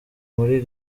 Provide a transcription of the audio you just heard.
muri